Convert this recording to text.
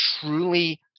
truly